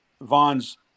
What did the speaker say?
Vaughn's